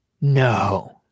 No